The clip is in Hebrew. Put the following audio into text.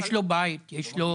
יש לו בית, יש לו.